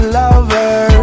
lover